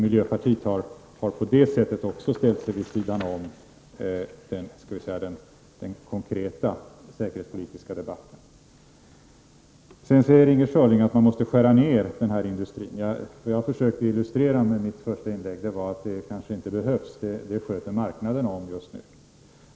Miljöpartiet har på det sättet också ställt sig vid sidan av den konkreta säkerhetspolitiska debatten. Sedan säger Inger Schörling att måste skära ned kringsmaterielindustrin. Det jag försökte illustrera med mitt första inlägg var att det kanske inte behövs; det sköter marknaden om just nu.